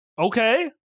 Okay